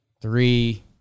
Three